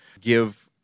give